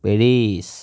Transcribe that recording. Paris